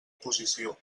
posició